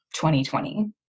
2020